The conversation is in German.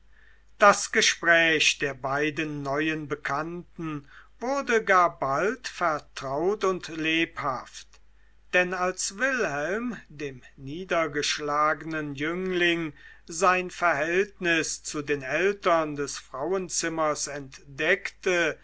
das gespräch der beiden neuen bekannten wurde gar bald vertraut und lebhaft denn als wilhelm dem niedergeschlagenen jüngling sein verhältnis zu den eltern des frauenzimmers entdeckte